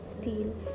steel